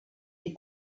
die